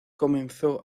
comenzó